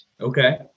okay